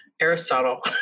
Aristotle